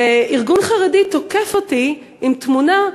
ארגון חרדי תוקף אותי, עם תמונה,